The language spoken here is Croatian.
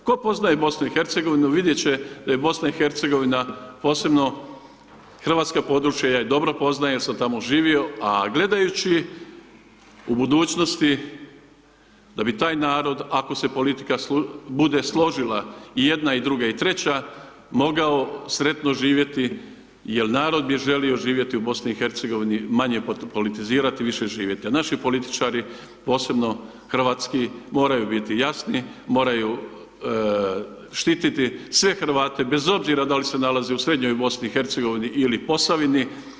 Tko poznaje BiH vidjeti će da je BiH, posebno hrvatska područja, ja ih dobro poznajem, ja sam tamo živio, a gledajući u budućnosti da bi taj narod, ako se politika bude složila i jedna, i druga i treća, mogao sretno živjeti jel narod bi želio živjeti u BiH, manje politizirati, više živjeti, a naši političari, posebno hrvatski, moraju biti jasni, moraju štititi sve Hrvate, bez obzira da li se nalaze u Srednjoj BiH ili Posavini.